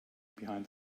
behind